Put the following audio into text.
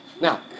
Now